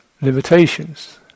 limitations